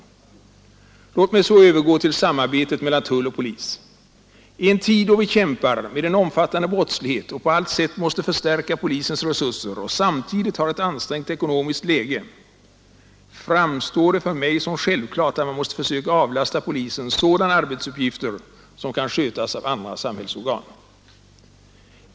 Låt mig så övergå till samarbetet mellan tull och polis. I en tid, då vi kämpar med en omfattande brottslighet och på allt sätt måste förstärka polisens resurser och samtidigt har ett ansträngt ekonomiskt läge, framstår det för mig som självklart att man måste försöka avlasta polisen sådana arbetsuppgifter som kan skötas av andra samhällsorgan.